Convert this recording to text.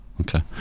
Okay